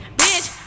bitch